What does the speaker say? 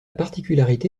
particularité